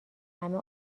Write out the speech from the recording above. همه